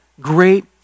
great